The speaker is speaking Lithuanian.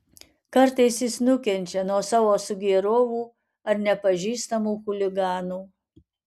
kartais jis nukenčia nuo savo sugėrovų ar nepažįstamų chuliganų